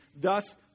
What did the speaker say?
Thus